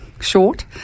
Short